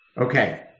okay